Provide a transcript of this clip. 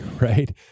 right